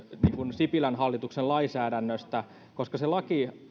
sipilän hallituksen lainsäädännöstä koska se laki